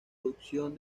producción